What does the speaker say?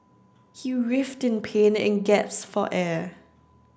he writhed in pain and gasped for air